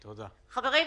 חברים,